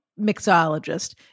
mixologist